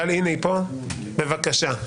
בבקשה.